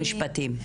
המשפטים.